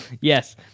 Yes